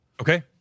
Okay